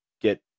get